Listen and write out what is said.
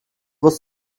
was